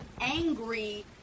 angry